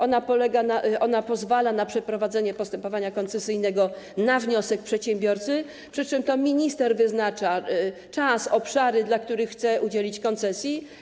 Ona pozwala na przeprowadzenie postępowania koncesyjnego na wniosek przedsiębiorcy, przy czym to minister wyznacza czas i obszary, dla których chce udzielić koncesji.